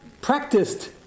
practiced